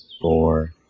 four